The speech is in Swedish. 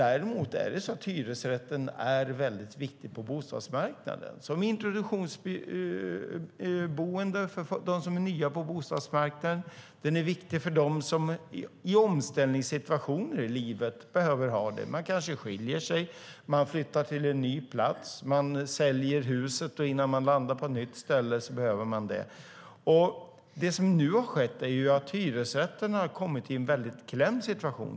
Däremot är det så att hyresrätten är väldigt viktig på bostadsmarknaden, som introduktionsboende för dem som är nya på bostadsmarknaden. Den är viktig för dem som i omställningssituationer i livet behöver ha en sådan. Man kanske skiljer sig, man flyttar till en ny plats, man säljer huset och innan man landar på ett nytt ställe behöver man en hyresrätt. Det som nu har skett är att hyresrätten har kommit i en väldigt klämd situation.